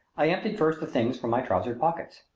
i emptied first the things from my trousers pockets.